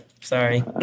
sorry